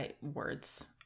words